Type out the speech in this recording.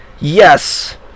yes